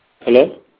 Hello